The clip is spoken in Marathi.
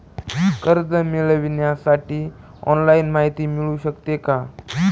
कर्ज मिळविण्यासाठी ऑनलाईन माहिती मिळू शकते का?